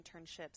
internships